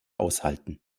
aushalten